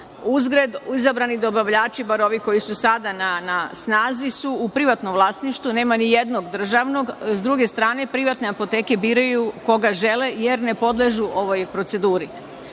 Uzgred, izabrani dobavljači, bar ovi koji su sada na snazi, su u privatnom vlasništvu. Nema ni jednog državnog. S druge strane, privatne apoteke biraju koga žele, jer ne podležu ovoj proceduri. Dobavljač